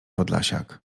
podlasiak